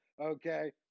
Okay